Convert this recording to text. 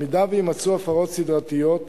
אם יימצאו הפרות סדרתיות,